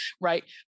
right